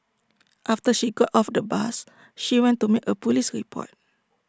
after she got off the bus she went to make A Police report